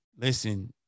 Listen